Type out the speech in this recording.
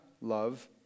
love